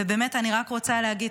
ובאמת אני רק רוצה להגיד,